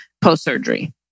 post-surgery